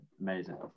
Amazing